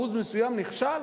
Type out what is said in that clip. אחוז מסוים נכשל,